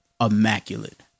immaculate